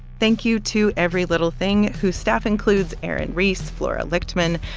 thank you to every little thing, whose staff includes aaron reiss, flora lichtman,